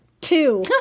Two